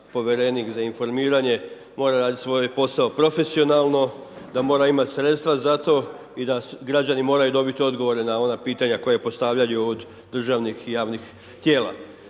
povjerenik za informiranje mora raditi svoj posao profesionalno, da mora imati sredstava za to i da građani moraju dobiti odgovore na ona pitanja koja postavljaju od državnih i javnih tijela.